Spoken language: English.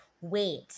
wait